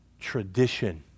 tradition